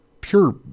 pure